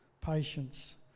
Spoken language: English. patience